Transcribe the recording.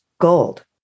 gold